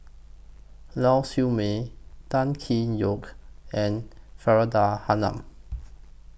Lau Siew Mei Tan Tee Yoke and Faridah Hanum